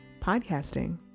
podcasting